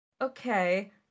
okay